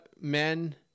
men